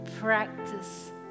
Practice